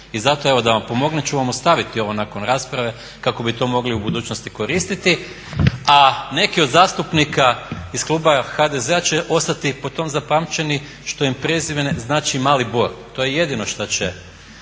I zato evo da vam pomognem ću vam ostaviti ovo nakon rasprave kako bi to mogli u budućnosti koristiti. A neki od zastupnika iz kluba HDZ-a će ostati po tom zapamćeni što im prezime znači mali bor. To je jedino što će,